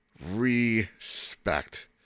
Respect